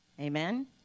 amen